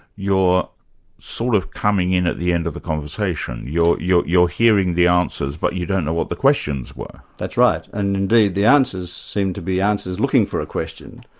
you're sort of coming in at the end of the conversation, you're you're hearing the answers but you don't know what the questions were. that's right, and indeed the answers seem to be answers looking for a question,